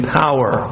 power